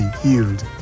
healed